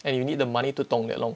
and you need the money to tong that long